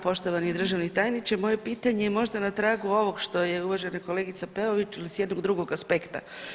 Poštovani državni tajniče moje pitanje je možda na tragu ovog što je uvažena kolegica Peović ali s jednog drugog aspekta.